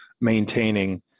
maintaining